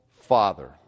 father